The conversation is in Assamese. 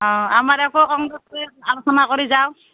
অঁ আমাৰ আকৌ আলোচনা কৰি যাওঁ